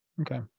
Okay